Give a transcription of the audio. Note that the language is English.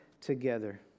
together